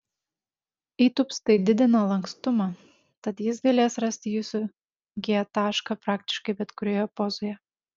įtūpstai didina lankstumą tad jis galės rasti jūsų g tašką praktiškai bet kurioje pozoje